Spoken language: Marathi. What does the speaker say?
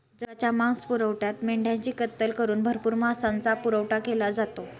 जगाच्या मांसपुरवठ्यात मेंढ्यांची कत्तल करून भरपूर मांसाचा पुरवठा केला जातो